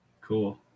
Cool